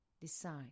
decide